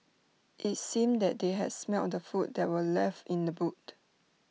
IT seemed that they had smelt the food that were left in the boot